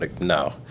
no